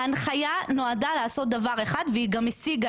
ההנחיה נועדה לעשות דבר אחד והיא גם השיגה